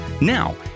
Now